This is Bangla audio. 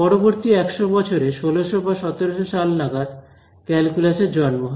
পরবর্তী 100 বছরে 1600 অথবা 1700 সাল নাগাদ ক্যালকুলাস এর জন্ম হয়